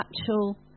actual